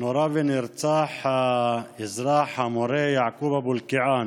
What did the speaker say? נורה ונרצח האזרח, המורה, יעקוב אבו אלקיעאן